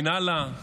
מן אללה,